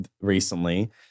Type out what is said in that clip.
recently